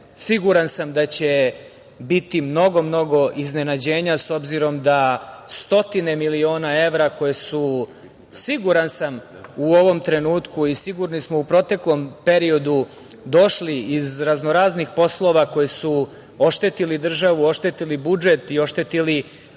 Siguran sam da će biti mnogo, mnogo iznenađenja, s obzirom da stotine miliona evra koje su, siguran sam, u ovom trenutku i sigurni smo u proteklom periodu došli iz raznoraznih poslova koji su oštetili državu, oštetili budžet i oštetili